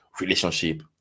relationship